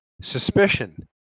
suspicion